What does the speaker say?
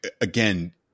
again